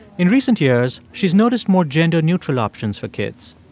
in recent years, she's noticed more gender-neutral options for kids.